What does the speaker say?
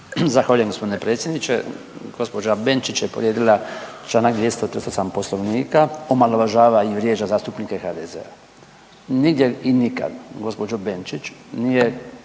Zahvaljujem g. predsjedniče. gđa. Benčić je povrijedila čl. 238. Poslovnika omalovažava i vrijeđa zastupnike HDZ-a. Nigdje i nikad gđo. Benčić nije